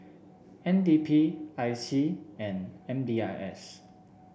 N D P I C and M D I S